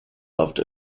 loved